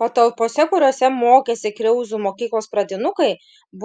patalpose kuriose mokėsi kriauzų mokyklos pradinukai